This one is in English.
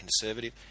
conservative